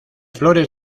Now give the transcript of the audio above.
flores